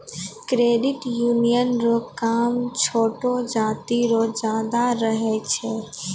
credit union रो काम छोटो जाति रो ज्यादा रहै छै